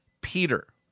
peter